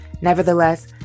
Nevertheless